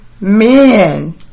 men